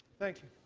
thank you.